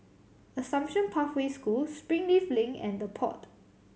Assumption Pathway School Springleaf Link and The Pod